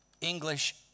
English